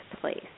place